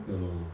ya lor